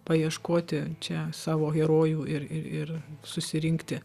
paieškoti čia savo herojų ir ir ir susirinkti